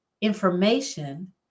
information